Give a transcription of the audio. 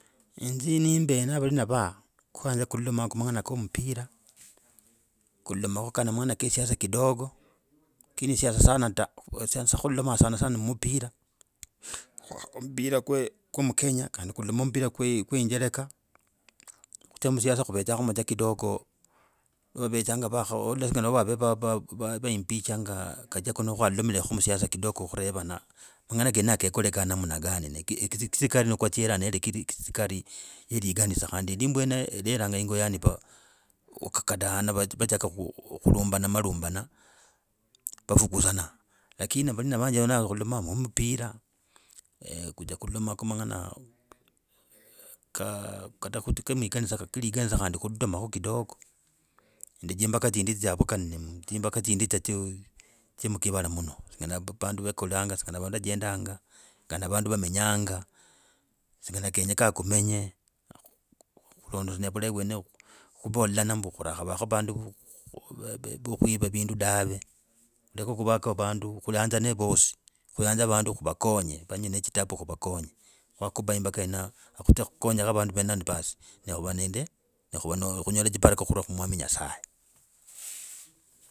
Inze ne mbe na valina va kwayanza kulalama kumang’ana ko mpira, kulolomake mang’ana ke siasa kidogo, lakini siasa sana da. Khuloloma sanasana mpir. Omupira kwa mukenya kandi kulom mupira kwe injerekaa. Khudzia musiasa khuvedzame za kidogo, vavetsanga vakha. Waula twa waula nga vave va impeachanga gachagua na khwalumireko musiasa kidogo ne kutevana mang’ana kenako kekolokana namna ganisikila mwa katsila si kali kelikanisa, khandi edini yeneyo iferanga ingoyani kada hana uachaga kulumbana malumbana vafukuzana lakinivalina vanje venavo kuloloma mupira, eeh kudzia kulolomako mang’ana kata ka lekanisa khandi kutotomako kidogo nende tsimbaga tsindi dzya tsimbaga tsindidzya mukivala muno. Singana vandu vekulanga, singana valajendaga ngana vandu vamenyanga singana kenyaka kumenye khu khulondonya bulahi uwene kubalana mbu khulakabaka vandu bwa kwiba vindu dave kuleka kuvako vandu bwo kwiba vindu dave, kuleka kuvaka vandu khuyanzane vasi khuyanze vandu ku vakonye vanyi nechitabu kuvakonye kwakuba imbaga yenayo khudzia khukonya vandu venavo ni baas ne khuva yenayo khudzia khukonya vandu venavo ni baas ne khuva nende ne khuva khunyola tsibaraka kutula ku nyasaye.